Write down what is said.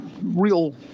real